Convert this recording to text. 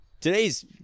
Today's